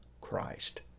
Christ